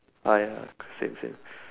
five ah same same